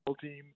team